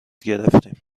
گرفتیم